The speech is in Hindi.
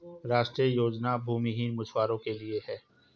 राष्ट्रीय योजना भूमिहीन मछुवारो के लिए है